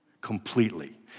Completely